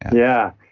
yeah.